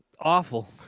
awful